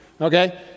Okay